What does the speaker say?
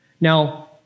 Now